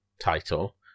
title